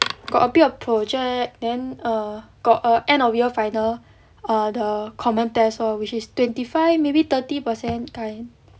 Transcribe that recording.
got a bit of project then err got err end of year final err the common test lor which is twenty five maybe thirty percent kind